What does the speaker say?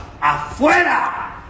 Afuera